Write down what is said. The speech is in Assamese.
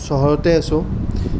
চহৰতে আছো